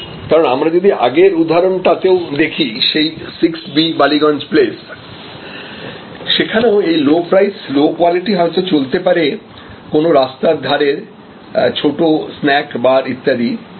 কারণ আমরা যদি আগের উদাহরণটা তে ও দেখি সেই 6 B বালিগঞ্জ প্লেস সেখানেও এই লো প্রাইস লো কোয়ালিটি হয়তো চলতে পারে কোন রাস্তার ধারের ছোট স্নাক বার ইত্যাদিতে